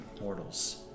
mortals